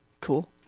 Cool